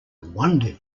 wonder